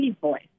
voice